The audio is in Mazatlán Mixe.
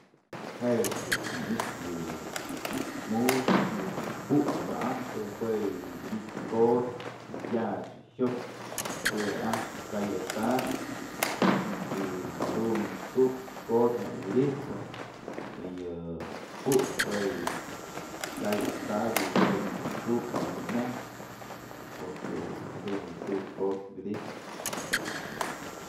Jech dun të ni'ix yëdun mu'ux, yëdun ju'uk xa'ajpë jue yë wi'idytë kot's yax jyok jue a'ax ka'ay axtabyë y jadun t'suk kot's nak yë widyjpë y yë ju'ukë juë yë kay axtabyë t'suk nak dun myachpë porque jadun yë t'suk kot's widyjpë.